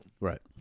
Right